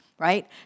right